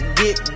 get